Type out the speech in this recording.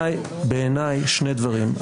בעיניי, שני דברים.